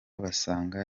basanga